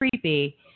creepy